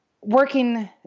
working